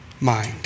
mind